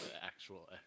actual